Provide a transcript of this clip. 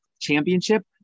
championship